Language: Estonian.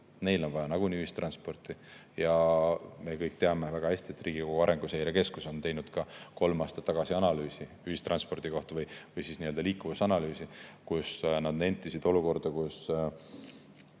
neil on vaja nagunii ühistransporti. Me kõik teame väga hästi, et Riigikogu Arenguseire Keskus tegi kolm aastat tagasi analüüsi ühistranspordi kohta või nii-öelda liikuvusanalüüsi, kus nad nentisid olukorda, et